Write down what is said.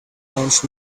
launched